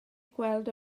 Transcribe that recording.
gweld